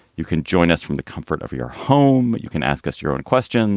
you can join us from the comfort of your home. but you can ask us your own questions